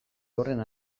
horren